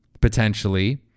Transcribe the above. potentially